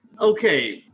Okay